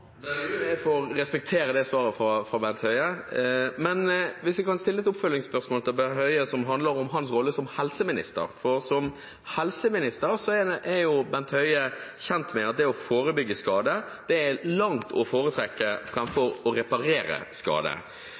Jeg får respektere det svaret fra Bent Høie. Men hvis jeg kan stille et oppfølgingsspørsmål til Bent Høie som handler om hans rolle som helseminister: Som helseminister er jo Bent Høie kjent med at det å forebygge skader er langt å foretrekke framfor å reparere skader. Noe av det vanskeligste og dyreste en miljøvernminister i en regjering gjør, er å forsøke å reparere gamle skader